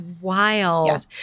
wild